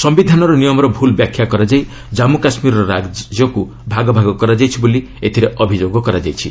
ସମ୍ଭିଧାନର ନିୟମର ଭୁଲ୍ ବ୍ୟାଖ୍ୟା କରାଯାଇ ଜାମ୍ଗୁ କାଶ୍ମୀର ରାଜ୍ୟକୁ ଭାଗ ଭାଗ କରାଯାଇଛି ବୋଲି ଏଥିରେ ଅଭିଯୋଗ କରାଯାଇଛି